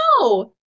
no